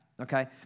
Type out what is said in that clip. okay